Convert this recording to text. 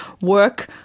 work